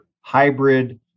hybrid